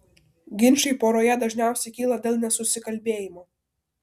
ginčai poroje dažniausiai kyla dėl nesusikalbėjimo